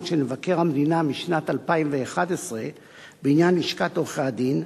של מבקר המדינה משנת 2011 בעניין לשכת עורכי-הדין,